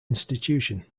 institution